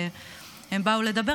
הן באו לדבר,